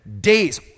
days